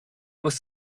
was